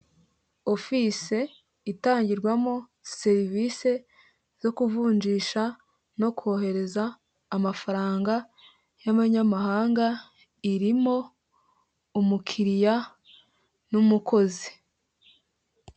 Ofise itangirwamo serivisi zo kuvunjisha no kohereza amafaranga y’amanyamahanga, irimo umukiriya n’umukozi.